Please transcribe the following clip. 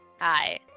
hi